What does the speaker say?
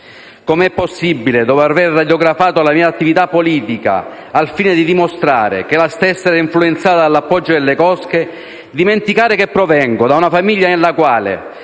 Come è possibile, dopo aver radiografato la mia attività politica al fine di dimostrare che la stessa era influenzata dall'appoggio delle cosche, dimenticare che provengo da una famiglia in cui